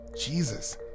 Jesus